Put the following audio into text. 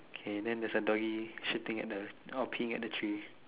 okay then there's a doggy shitting at the or peeing at the tree